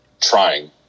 trying